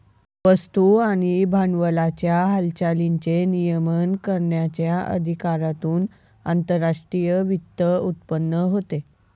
वस्तू आणि भांडवलाच्या हालचालींचे नियमन करण्याच्या अधिकारातून आंतरराष्ट्रीय वित्त उत्पन्न होते